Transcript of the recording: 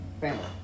family